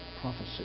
prophecy